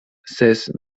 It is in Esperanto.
ses